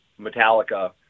Metallica